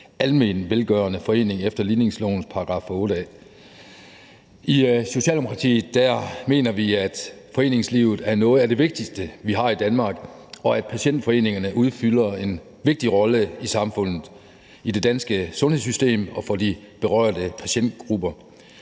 almenvelgørende forening efter ligningslovens § 8 A. I Socialdemokratiet mener vi, at foreningslivet er noget af det vigtigste, vi har i Danmark, og at patientforeningerne udfylder en vigtig rolle i samfundet, i det danske sundhedssystem og for de berørte patientgrupper.